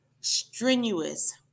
strenuous